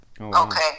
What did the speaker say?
Okay